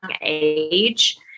age